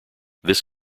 this